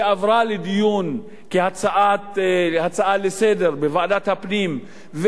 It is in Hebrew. שעברה לדיון כהצעה לסדר-היום בוועדת הפנים,